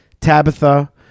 Tabitha